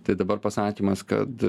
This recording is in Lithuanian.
tai dabar pasakymas kad